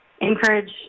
encourage